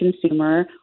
consumer